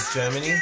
Germany